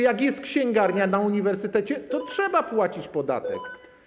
Jak jest księgarnia na uniwersytecie, to trzeba płacić podatek.